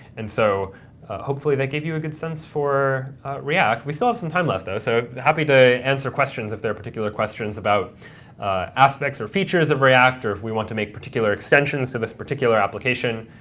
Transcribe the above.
and so hopefully that gave you a good sense for react. we still have some time left, though, so happy to answer questions if there are particular questions about aspects or features of react, or if we want to make particular extensions to this particular application,